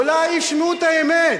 אולי ישמעו את האמת.